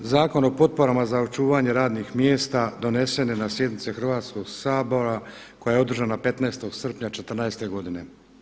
Zakon o potporama za očuvanje radnih mjesta donesen je na sjednici Hrvatskog sabora koja je održana 15. srpnja '14.-te godine.